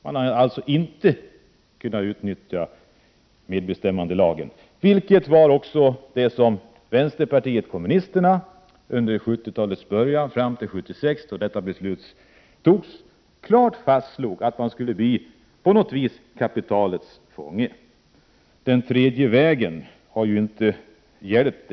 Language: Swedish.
Man har inte kunnat utnyttja medbestämmandelagen, vilket också var vad vänsterpartiet kommunisterna under 70-talets början fram till 1976, då lagen antogs, klart fastslog. Vi hävdade att man på något vis skulle bli kapitalets fånge. Den tredje vägen har inte hjälpt.